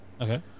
Okay